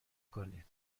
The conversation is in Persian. کنید